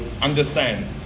understand